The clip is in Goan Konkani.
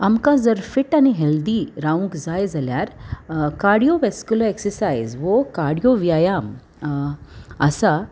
आमकां जर फीट आनी हेल्दी रावूंक जाय जाल्यार कार्डियोवेस्क्युलर एक्सरसायज वो कार्डियो व्यायाम आसा